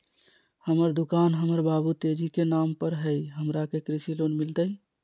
हमर दुकान हमर बाबु तेजी के नाम पर हई, हमरा के कृषि लोन मिलतई?